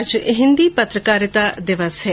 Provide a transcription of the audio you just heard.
आज हिन्दी पत्रकारिता दिवस है